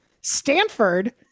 Stanford